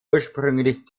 ursprünglich